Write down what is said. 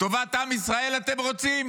טובת עם ישראל אתם רוצים?